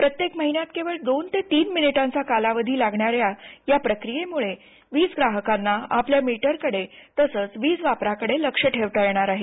प्रत्येक महिन्यात केवळ दोन ते तीन मिनिटांचा कालावधी लागणाऱ्या या प्रक्रियेमुळे वीज ग्राहकांना आपल्या मीटरकडे तसंच वीज वापराकडे लक्ष ठेवता येणार आहे